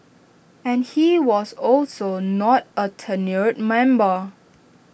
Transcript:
and he was also not A tenured member